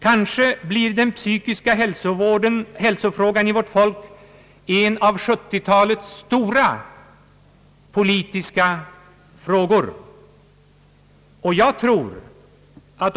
Kanske blir den psykiska hälsofrågan för vårt folk en av 1970-talets stora politiska frågor.